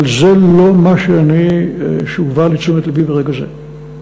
אבל זה לא מה שאני, שהובא לתשומת לבי ברגע זה.